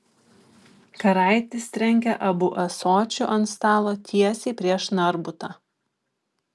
karaitis trenkė abu ąsočiu ant stalo tiesiai prieš narbutą